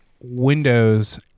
Windows